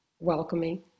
Welcoming